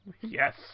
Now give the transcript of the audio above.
Yes